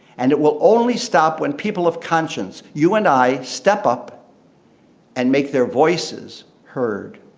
and it will only stop when people of conscience, you and i, step up and make their voices heard.